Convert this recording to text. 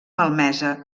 malmesa